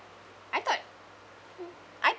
I thought I